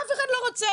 אף אחד לא רוצה.